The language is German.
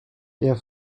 der